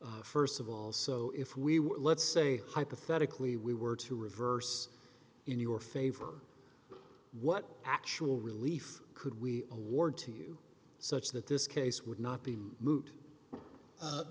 st of all so if we were let's say hypothetically we were to reverse in your favor what actual relief could we award to you such that this case would not be moved